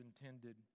intended